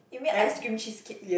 you made ice cream cheesecake